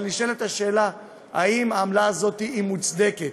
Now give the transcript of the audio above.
אבל נשאלת השאלה אם העמלה הזאת מוצדקת.